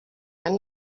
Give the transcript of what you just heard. and